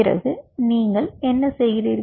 பிறகு நீங்கள் என்ன செய்கிறீர்கள்